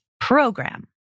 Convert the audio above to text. program